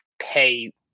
pay